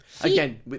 Again